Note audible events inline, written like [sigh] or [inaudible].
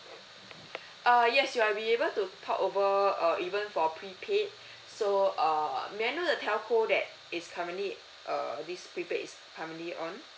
[breath] uh yes you are be able to port over uh even for prepaid [breath] so err may I know the telco that is currently err this prepaid is currently on